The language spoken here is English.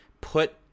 put